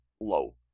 low